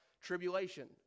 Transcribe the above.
tribulation